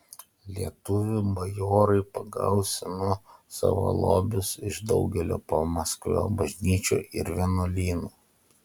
lietuvių bajorai pagausino savo lobius iš daugelio pamaskvio bažnyčių ir vienuolynų